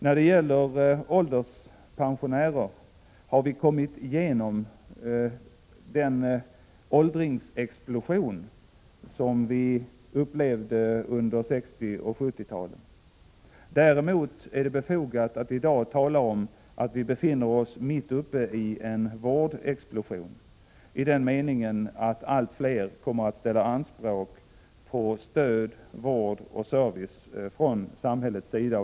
När det gäller ålderspensionärerna har vi kommit igenom den åldringsexplosion som vi fick uppleva under 60 och 70-talet. Däremot är det i dag befogat att tala om att vi befinner oss mitt uppe i en vårdexplosion — i den meningen att allt fler kommer att ställa anspråk på stöd, vård och service från samhällets sida.